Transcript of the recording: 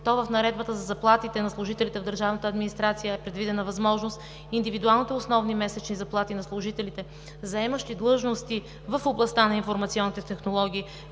то в Наредбата за заплатите на служителите в държавната администрация е предвидена възможност индивидуалните основни месечни заплати на служителите, заемащи длъжности в областта на информационните технологии,